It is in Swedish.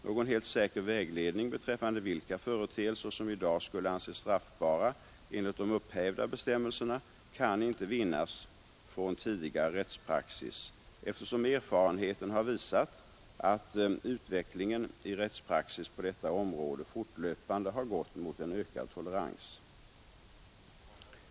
Någon helt säker vägledning beträffande vilka företeelser som i dag skulle anses straffbara enligt de upphävda bestämmelserna kan inte vinnas från tidigare rättspraxis, eftersom erfarenheten har visat att utvecklingen i rättspraxis på detta område fortlöpande har gått mot en ökad tolerans.